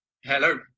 Hello